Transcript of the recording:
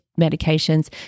medications